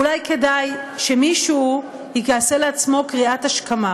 אולי כדאי שמישהו יעשה לעצמו קריאת השכמה.